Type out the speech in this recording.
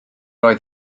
oedd